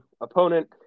opponent